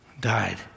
died